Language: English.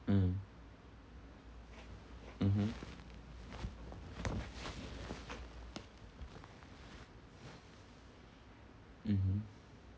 mm mmhmm mmhmm